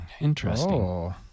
Interesting